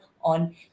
on